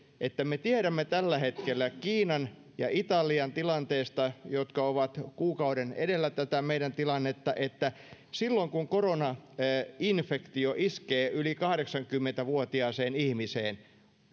että me tiedämme tällä hetkellä kiinan ja italian tilanteesta jotka ovat kuukauden edellä tätä meidän tilannetta että silloin kun koronainfektio iskee yli kahdeksankymmentä vuotiaaseen ihmiseen